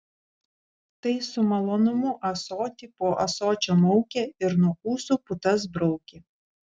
tai su malonumu ąsotį po ąsočio maukė ir nuo ūsų putas braukė